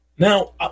Now